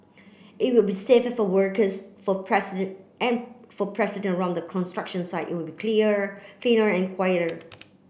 it will be safer for workers for president and for president round the construction site it will be clear cleaner and quieter